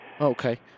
Okay